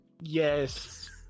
Yes